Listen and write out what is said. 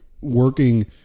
working